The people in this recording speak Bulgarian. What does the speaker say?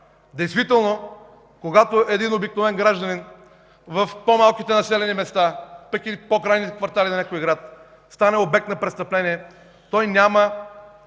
се продължава. Когато един обикновен гражданин в по-малките населени места, пък и в по-крайните квартали на някой град стане обект на престъпление, той няма